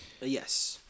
Yes